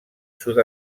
sud